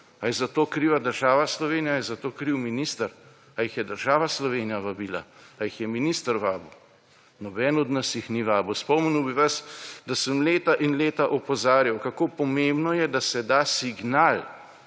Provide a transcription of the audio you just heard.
Ali je za to kriva država Slovenija? Ali je za to kriv minister? Ali jih je država Slovenija vabila? Ali jih je minister vabil? Noben od nas jih ni vabil. Spomnil bi vas, da sem leta in leta opozarjal, kako pomembno je, da se da signal,